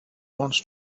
wants